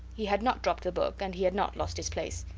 he had not dropped the book, and he had not lost his place.